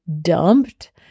dumped